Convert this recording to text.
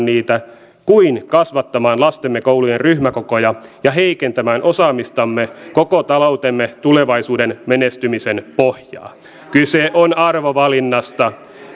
niitä kuin kasvattamaan lastemme koulujen ryhmäkokoja ja heikentämään osaamistamme koko taloutemme tulevaisuuden menestymisen pohjaa kyse on arvovalinnasta